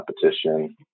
competition